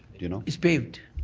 do you know? it's paved.